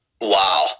Wow